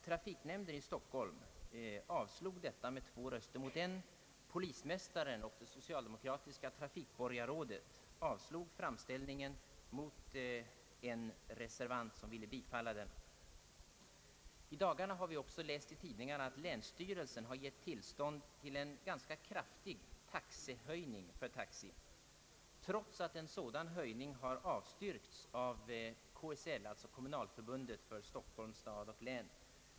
Trafiknämnden i Stockholm avslog dessa med två röster mot en; polismästaren och det socialdemokratiska trafikborgarrådet avslog framställningen, en reservant ville bifalla den. I dagarna har vi också läst i tidningarna att länsstyrelsen givit Taxi tillstånd till en ganska kraftig taxehöjning, trots att en sådan höjning har avstyrkts av KSL, alltså Kommunalförbundet för Stockholms stad och län.